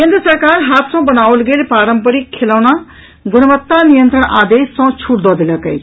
केंद्र सरकार हाथ सँ बनाओल गेल पारंपरिक खेलौना गुणवत्ता नियंत्रण आदेश सँ छूट दऽ देलक अछि